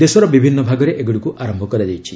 ଦେଶର ବିଭିନ୍ନ ଭାଗରେ ଏଗୁଡ଼ିକୁ ଆରମ୍ଭ କରାଯାଇଛି